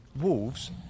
Wolves